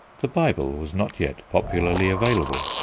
the bible was not yet popularly available.